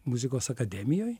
muzikos akademijoj